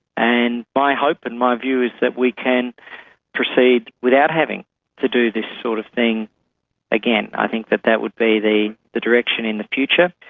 and my hope and my view is that we can proceed without having to do this sort of thing again. i think that that would be the direction in the future.